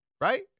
Right